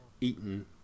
eaten